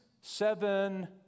seven